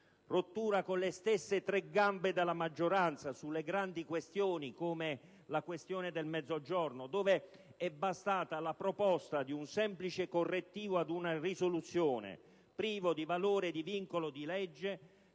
rottura con le stesse tre gambe della maggioranza sulle grandi questioni, come la questione del Mezzogiorno, dove è bastata la proposta di un semplice correttivo ad una risoluzione priva di valore di vincolo di legge